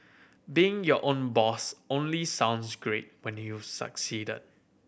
being your own boss only sounds great when you've succeeded